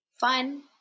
fun